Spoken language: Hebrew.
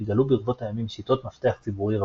התגלו ברבות הימים שיטות מפתח ציבורי רבות.